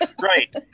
Right